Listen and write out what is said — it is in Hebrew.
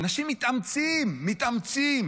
אנשים מתאמצים, מתאמצים